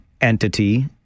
entity